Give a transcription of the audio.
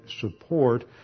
support